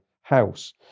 house